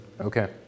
Okay